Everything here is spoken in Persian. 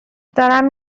دارم